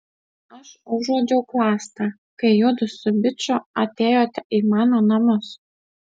aš užuodžiau klastą kai judu su biču atėjote į mano namus